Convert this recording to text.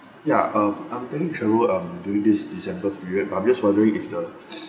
ya um I'm planning travel um during december period but I'm just wondering if the